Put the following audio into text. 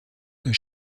der